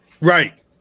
Right